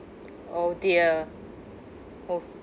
oh dear oh